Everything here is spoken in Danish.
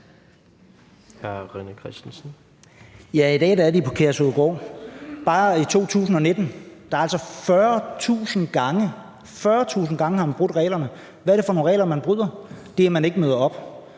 i dag er de på Kærshovedgård. Bare i 2019 er reglerne blevet brudt 40.000 gange. Hvad er det for nogle regler, man bryder? Det er, at man ikke møder op;